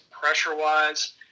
pressure-wise